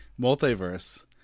multiverse